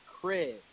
crib